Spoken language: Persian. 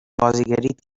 بازیگریت